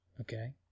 Okay